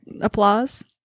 applause